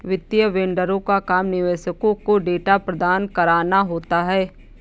वित्तीय वेंडरों का काम निवेशकों को डेटा प्रदान कराना होता है